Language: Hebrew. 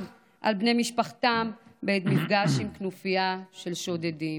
על בני משפחתם בעת מפגש עם כנופיה של שודדים.